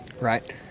Right